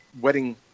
wedding